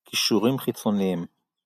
קישורים חיצוניים